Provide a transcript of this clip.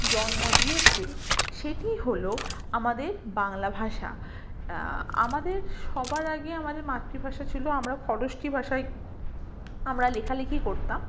জন্ম দিয়েছে সেটিই হলো আমাদের বাংলা ভাষা আমাদের সবার আগে আমাদের মাতৃভাষা ছিলো আমরা খরোষ্ঠী ভাষায় আমরা লেখা লিখি করতাম